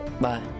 Bye